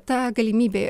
ta galimybė